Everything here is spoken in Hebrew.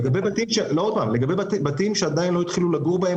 לגבי בתים שעוד לא התחילו לגור בהם